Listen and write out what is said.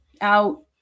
out